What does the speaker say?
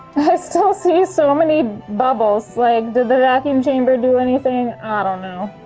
i still see so many bubbles, like did the vacuum chamber do anything? i don't know.